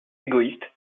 égoïste